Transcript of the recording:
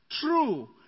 true